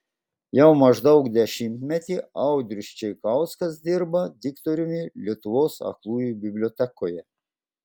jau maždaug dešimtmetį audrius čeikauskas dirba diktoriumi lietuvos aklųjų bibliotekoje